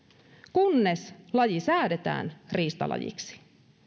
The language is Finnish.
kunnes laji säädetään riistalajiksi